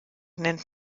nennt